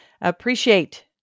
appreciate